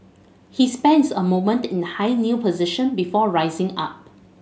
he spends a moment in high kneel position before rising up